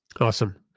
Awesome